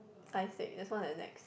iSteak there's one at Nex